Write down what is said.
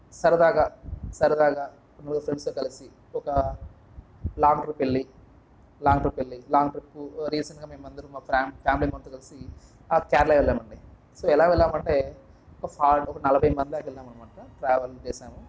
సరదాగా సరదాగా ఓల్డ్ ఫ్రెండ్స్తో కలిసి ఒక లాంగ్ ట్రిప్పుకి వెళ్ళి ట్రిప్పుకి వెళ్ళి లాంగ్ ట్రిప్పు రీసెంటుగా మేమంతా మా ఫ్యామిలీ మొత్తం కలిసి కేరళ వెల్లామండి సో ఎలా వెల్లామంటే ఒక ఫా ఒక నలభైమంది దాకా వెళ్లామనమాట ట్రావెల్ చేశాం